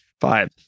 Five